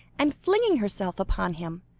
and flinging herself upon him,